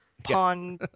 Pawn